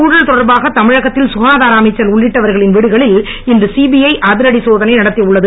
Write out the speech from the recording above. ஊழல் தொடர்பாக தமிழகத்தில் ககாதார குட்கா அமைச்சர் உள்ளிட்டவர்களின் வீடுகளில் இன்று சிபிஐ அதிரடி சோதனை நடத்தி உள்ளது